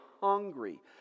hungry